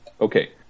Okay